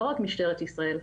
לא רק משטרת ישראל.